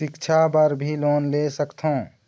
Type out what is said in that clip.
सिक्छा बर भी लोन ले सकथों?